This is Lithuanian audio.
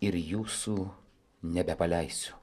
ir jūsų nebepaleisiu